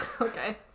Okay